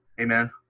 amen